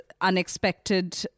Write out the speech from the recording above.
unexpected